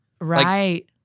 Right